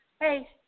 Hey